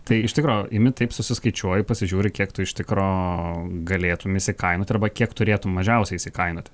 tai iš tikro imi taip susiskaičiuoji pasižiūri kiek tu iš tikro galėtum įsikainoti arba kiek turėtum mažiausiai įsikainoti